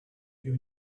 you